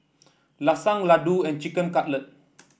Lasagne Ladoo and Chicken Cutlet